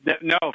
No